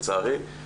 לצערי.